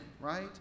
right